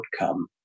outcome